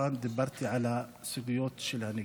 לדוכן דיברתי על הסוגיות של הנגב.